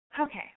Okay